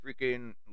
freaking